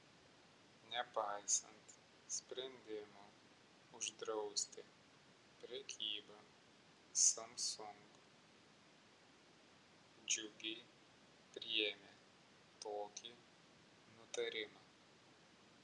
nepaisant sprendimo uždrausti prekybą samsung džiugiai priėmė tokį nutarimą